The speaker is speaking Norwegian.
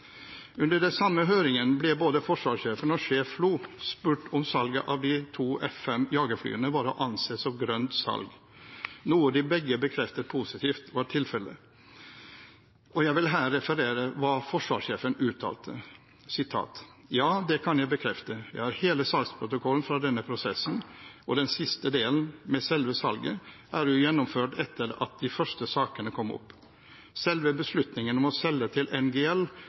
Under den samme høringen ble både forsvarssjefen og sjef FLO spurt om salget av de to F-5 jagerflyene var å anse som et «grønt salg», noe de begge bekreftet positivt var tilfellet. Jeg vil her referere hva forsvarssjefen uttalte: «Ja, det kan jeg bekrefte. Jeg har her hele salgsprotokollen fra den prosessen, og den siste delen, med selve salget, er jo gjennomført etter at de første sakene kom opp. Selve beslutningen om å selge til NGL